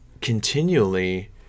Continually